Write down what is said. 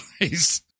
guys